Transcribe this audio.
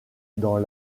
dans